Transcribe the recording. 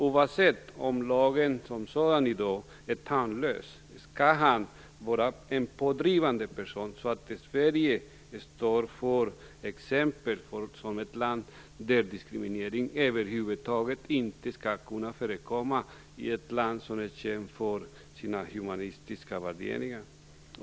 Oavsett om lagen som sådan i dag är tandlös skall han vara en pådrivande person, så att Sverige står som exempel på ett land där diskriminering över huvud taget inte skall kunna förekomma, ett land som är känt för sina humanistiska värderingar.